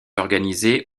organisée